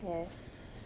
yes